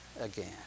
again